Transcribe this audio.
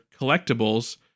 collectibles